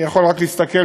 אני יכול רק להסתכל,